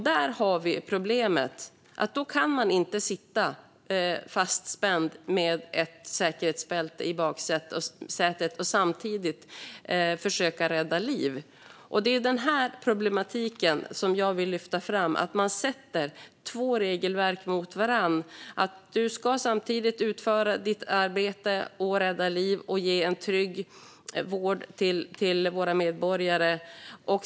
Där har vi problemet att man inte kan sitta fastspänd med ett säkerhetsbälte i baksätet och samtidigt försöka rädda liv. Den problematik som jag vill lyfta fram är att man ställer två regelverk mot varandra. Du ska som ambulanssjukvårdare utföra ditt arbete, rädda liv och ge en trygg vård till våra medborgare.